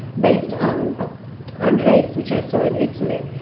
based on ah on race, which i saw in italy.